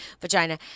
vagina